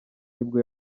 nibwo